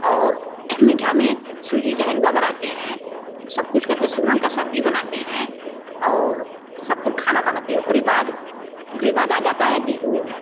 और मिठाई में सूजी का हलुआ बनाते हैं सब कुछ करते हैं सूरन का सब्जी बनाते हैं और सबको खाना बनाते है उकरे बाद उकरे बाद आ जाता है यदि उ